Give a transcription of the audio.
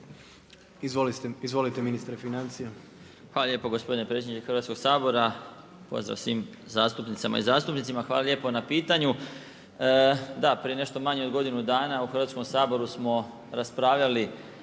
Izvolite ministre financija. **Marić, Zdravko** Hvala lijepo gospodine predsjedniče Hrvatskog sabora. Pozdrav svim zastupnicama i zastupnicima, hvala lijepo na pitanju. Da, prije nešto manje od godine dana u Hrvatskom saboru smo raspravljali